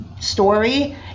story